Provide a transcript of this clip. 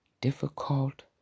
difficult